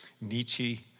nietzsche